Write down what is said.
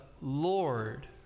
Lord